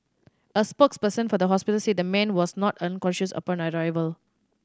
a spokesperson for the hospital said the man was not unconscious upon arrival